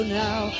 now